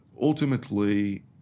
ultimately